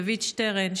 דייוויד שטרן,